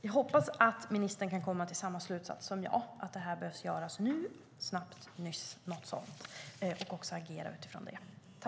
Jag hoppas att ministern kan komma till samma slutsats som jag, att det här behöver göras nu, snabbt, och att hon agerar utifrån det.